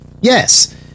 Yes